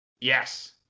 Yes